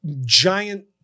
giant